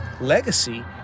legacy